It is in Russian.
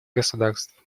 государств